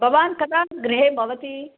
भवान् कदा गृहे भवति